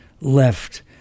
left